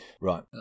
Right